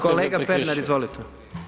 Kolega Pernar, izvolite.